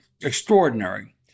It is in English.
extraordinary